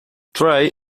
trey